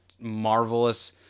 marvelous